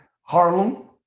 Harlem